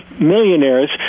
millionaires